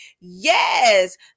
Yes